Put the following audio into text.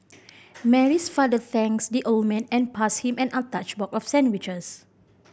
Mary's father thanks the old man and pass him an untouched box of sandwiches